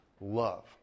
love